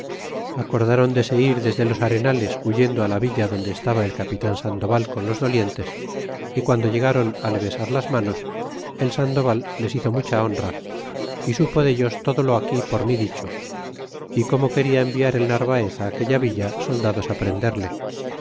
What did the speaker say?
acordron de se ir desde los arenales huyendo la villa donde estaba el capitan sandoval con los dolientes y guando llegaron le besar las manos el sandoval les hizo mucha honra y supo dellos todo lo aquí por mi dicho y como quena enviar el narvaez aquella villa soldados fi prenderle